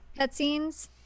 cutscenes